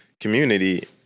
community